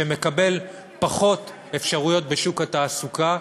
שמקבל פחות אפשרויות בשוק התעסוקה,